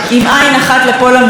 ועין שנייה לבחירות,